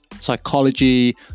psychology